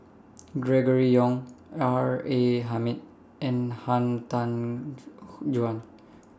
Gregory Yong R A Hamid and Han Tan Juan